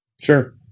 Sure